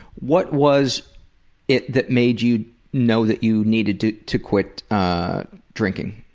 what was it that made you know that you needed to to quit drinking?